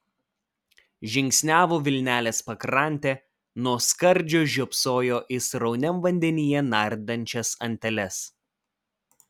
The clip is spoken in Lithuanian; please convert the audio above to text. žingsniavo vilnelės pakrante nuo skardžio žiopsojo į srauniam vandenyje nardančias anteles